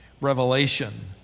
revelation